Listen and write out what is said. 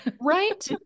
Right